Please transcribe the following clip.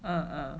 (uh huh)